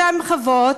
אותן חוות,